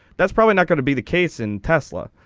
that's probably not going to be the case in tesla.